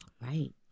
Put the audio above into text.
right